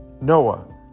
Noah